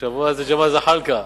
השבוע זה שבוע זחאלקה,